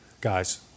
guys